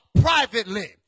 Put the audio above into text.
privately